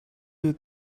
you